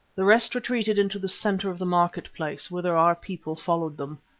the rest retreated into the centre of the market-place, whither our people followed them.